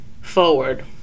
Forward